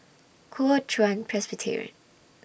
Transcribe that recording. Kuo Chuan Presbyterian